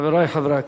חברי חברי הכנסת,